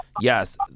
yes